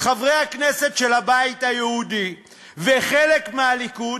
חברי הכנסת של הבית היהודי וחלק מהליכוד